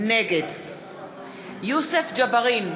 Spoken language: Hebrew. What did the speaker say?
נגד יוסף ג'בארין,